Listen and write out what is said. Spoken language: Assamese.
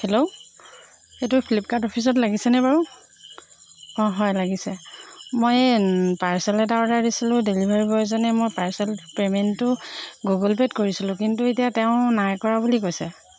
হেল্ল' এইটো ফ্লিপকাৰ্ট অফিচত লাগিছেনে বাৰু অঁ হয় লাগিছে মই এই পাৰ্চেল এটা অৰ্ডাৰ দিছিলোঁ ডেলিভাৰী বয়জনে মোৰ পাৰ্চেলটো পেমেণ্টটো গগুল পে'ত কৰিছিলোঁ কিন্তু এতিয়া তেওঁ নাই কৰা বুলি কৈছে